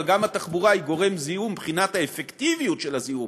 אבל גם התחבורה היא גורם זיהום מבחינת האפקטיביות של הזיהום,